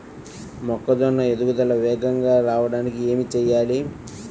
మొక్కజోన్న ఎదుగుదల వేగంగా రావడానికి ఏమి చెయ్యాలి?